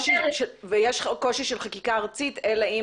--- ויש קושי של חקיקה ארצית אלא אם